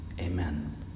Amen